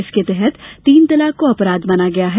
इसके तहत तीन तलाक को अपराध माना गया है